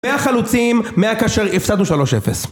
100 חלוצים, 100 כאשר הפסדנו 3-0